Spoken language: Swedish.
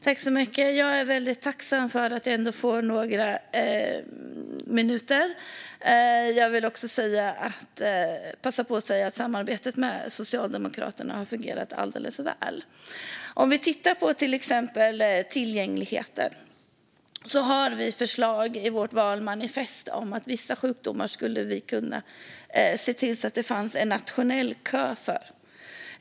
Fru talman! Jag är tacksam för att ändå få några minuter. Jag vill också passa på att säga att samarbetet med Socialdemokraterna har fungerat väl. Låt oss titta på tillgängligheten. Vi har i vårt valmanifest förslag på att det för vissa sjukdomar ska finnas en nationell kö.